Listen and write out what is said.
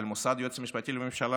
על מוסד היועץ המשפטי לממשלה,